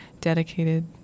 dedicated